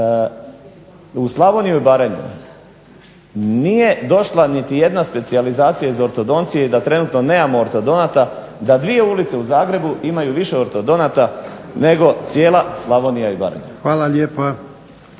u Slavoniju i Baranju nije došla niti jedna specijalizacija iz ortodoncije i da trenutno nemamo ortodonata, da dvije ulice u Zagrebu imaju više ortodonata nego cijela Slavonija i Baranja? **Jarnjak,